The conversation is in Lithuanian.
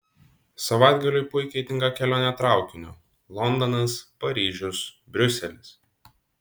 savaitgaliui puikiai tinka kelionė traukiniu londonas paryžius briuselis